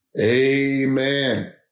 Amen